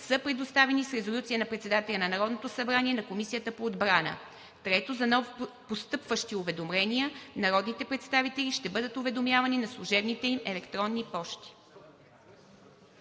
са предоставени с резолюция на председателя на Народното събрание на Комисията по отбрана. 3. За новопостъпващи уведомления народните представители ще бъдат уведомявани на служебните им електронни пощи.